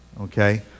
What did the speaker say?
Okay